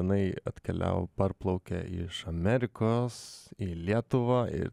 jinai atkeliavo parplaukė iš amerikos į lietuvą ir